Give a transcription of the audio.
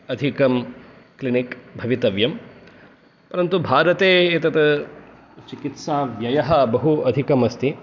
अधिकं क्लिनिक् भवितव्यं परन्तु भारते एतत् चिकित्साव्ययः बहु अधिकम् अस्ति